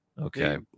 Okay